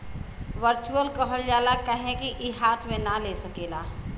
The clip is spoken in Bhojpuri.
वर्चुअल कहल जाला काहे कि ई हाथ मे ना ले सकेला